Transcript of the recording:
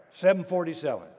747